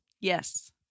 Yes